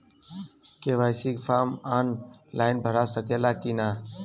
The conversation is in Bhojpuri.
के.वाइ.सी फार्म आन लाइन भरा सकला की ना?